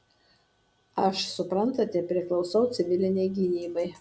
aš suprantate priklausau civilinei gynybai